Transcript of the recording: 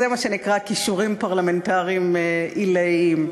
זה מה שנקרא כישורים פרלמנטריים עילאיים.